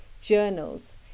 journals